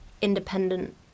independent